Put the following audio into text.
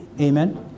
Amen